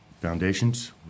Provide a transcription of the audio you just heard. foundations